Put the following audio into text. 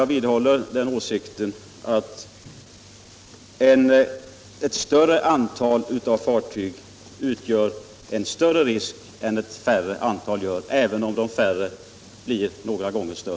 Jag vidhåller uppfattningen att ett större antal mindre fartyg utgör en större risk än ett mindre antal större fartyg.